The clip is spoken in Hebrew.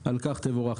על כך תבורך.